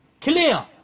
Clear